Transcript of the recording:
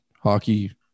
hockey